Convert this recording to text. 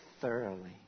thoroughly